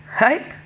right